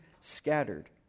scattered